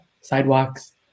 sidewalks